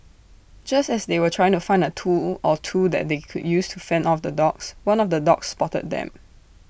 just as they were trying to find A tool or two that they could use to fend off the dogs one of the dogs spotted them